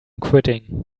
quitting